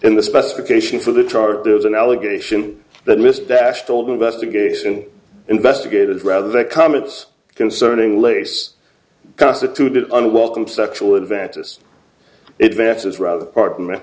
in the specifications for the chart there was an allegation that miss dash told investigation investigators rather that comments concerning lace constituted unwelcome sexual advances it vance's rather pardon me